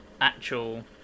actual